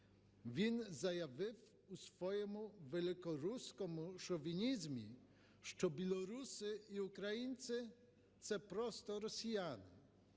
Він заявив у своєму великоруському шовінізмі, що білоруси і українці – це просто росіяни.